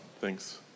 Thanks